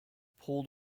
pulled